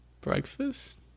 breakfast